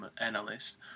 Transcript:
analyst